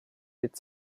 mit